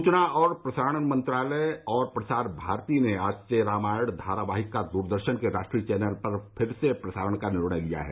सूचना और प्रसारण मंत्रालय और प्रसार भारती ने आज से रामायण धारावाहिक का दूरदर्शन के राष्ट्रीय चैनल पर फिर से प्रसारण का निर्णय लिया है